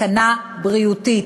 סכנה בריאותית